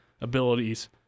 abilities